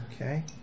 Okay